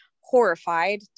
horrified